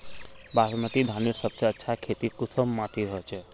बासमती धानेर सबसे अच्छा खेती कुंसम माटी होचए?